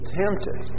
tempted